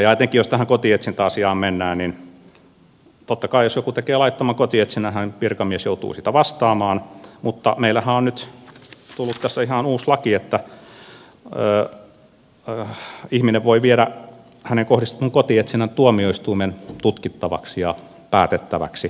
ja etenkin jos tähän kotietsintäasiaan mennään niin totta kai jos joku tekee laittoman kotietsinnän virkamies joutuu siitä vastaamaan mutta meillähän on nyt tullut tässä ihan uusi laki että ihminen voi viedä häneen kohdistetun kotietsinnän tuomioistuimen tutkittavaksi ja päätettäväksi